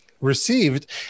received